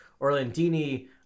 Orlandini